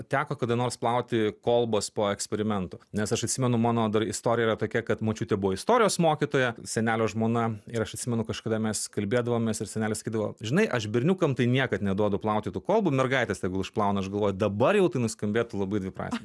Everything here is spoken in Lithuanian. teko kada nors plauti kolbas po eksperimentų nes aš atsimenu mano dar istorija yra tokia kad močiutė buvo istorijos mokytoja senelio žmona ir aš atsimenu kažkada mes kalbėdavomės ir senelis sakydavo žinai aš berniukam tai niekad neduodu plauti tų kalbų mergaitės tegul išplauna aš galvoju dabar jau tai nuskambėtų labai dviprasmi